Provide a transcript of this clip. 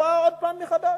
התופעה עוד פעם מחדש.